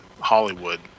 Hollywood